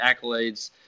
accolades